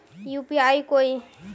UPI कोई